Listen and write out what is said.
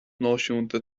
náisiúnta